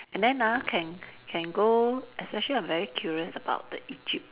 and then ah can can go especially I'm very curious about the Egypt